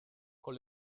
con